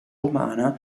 umana